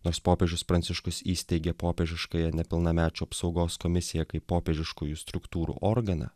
nors popiežius pranciškus įsteigė popiežiškąją nepilnamečių apsaugos komisiją kaip popiežiškųjų struktūrų organą